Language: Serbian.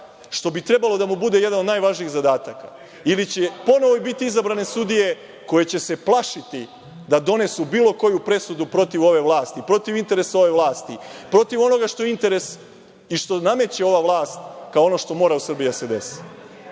što bi trebalo da mu bude jedan od najvažnijih zadataka ili će ponovo biti izabrane sudije koje će se plašiti da donesu bilo koju presudu protiv ove vlasti, protiv interesa ove vlasti, protiv onoga što je interes i što nameće ova vlast kao ono što mora u Srbiji da se